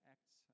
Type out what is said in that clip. Acts